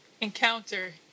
encounter